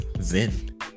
zen